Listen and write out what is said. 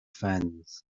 fans